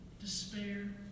despair